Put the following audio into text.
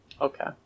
Okay